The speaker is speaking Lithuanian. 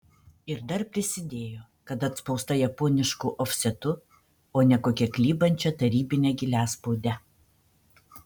ir dar prisidėjo kad atspausta japonišku ofsetu o ne kokia klibančia tarybine giliaspaude